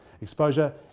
exposure